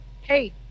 Hey